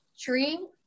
tree